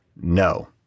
no